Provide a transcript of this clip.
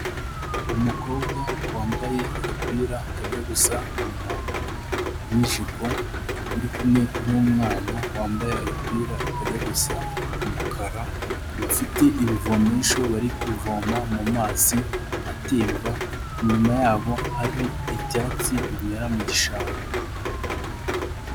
Umukobwa wambaye agapira kajya gusa umuhondo n'ijipo, uri kumwe n'umwana wambaye agapira kajya gusa umukara, bafite ibivomesho bari kuvoma mu mazi atemba, inyuma yabo ari ibyatsi bimera mu gishanga.